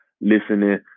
listening